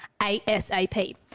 ASAP